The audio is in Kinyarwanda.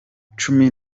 cumi